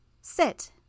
Sit